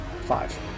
five